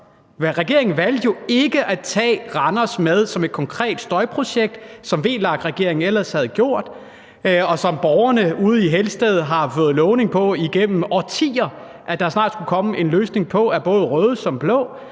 Regeringen valgte jo ikke at tage Randers med som et konkret støjprojekt, som VLAK-regeringen ellers havde gjort, og som borgerne ude i Helsted af både røde og blå regeringer igennem årtier har fået lovning på at der snart skulle komme en løsning på. Derfor er de jo for